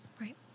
right